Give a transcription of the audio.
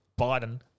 Biden